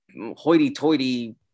hoity-toity